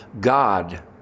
God